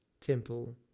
temple